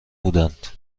بودند